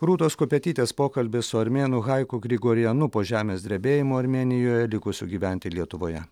rūtos kupetytės pokalbis su armėnu hajeku grigorianu po žemės drebėjimo armėnijoje likusiu gyventi lietuvoje